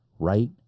right